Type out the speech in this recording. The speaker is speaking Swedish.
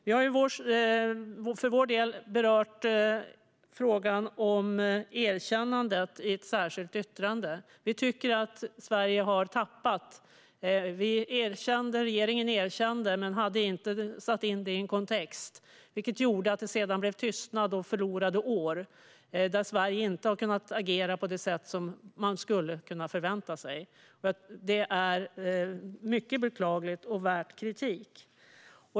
Vi har för vår del berört frågan om erkännandet i ett särskilt yttrande. Vi tycker att Sverige har tappat. Regeringen erkände men hade inte satt in det i en kontext, vilket gjorde att det sedan blev tystnad och förlorade år, då Sverige inte har kunnat agera på det sätt som man skulle kunna förvänta sig. Detta är mycket beklagligt och förtjänar kritik.